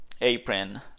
apron